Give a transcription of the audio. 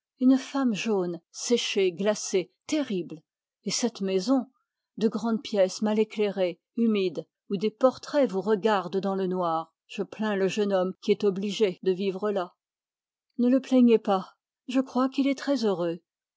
une femme jaune séchée glacée terrible et cette maison de grandes pièces mal éclairées humides où des portraits vous regardent dans le noir je plains le jeune homme qui est obligé de vivre là ne le plaignez pas je crois qu'il est très heureux